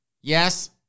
Yes